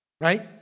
Right